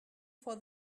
for